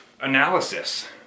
analysis